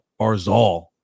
Barzal